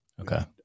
Okay